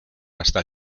hasta